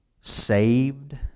saved